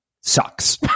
sucks